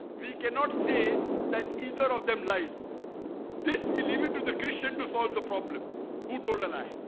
we cannot say that either of them like this we leave it to the christian to solve the problem who told a lie.